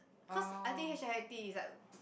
cause I think h_i_i_t is like